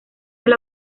del